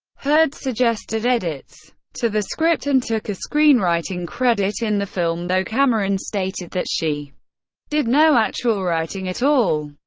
hurd suggested edits to the script and took a screenwriting credit in the film, though cameron stated that she did no actual writing at all.